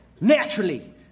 Naturally